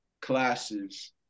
classes